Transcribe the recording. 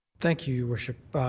thank you, your worship.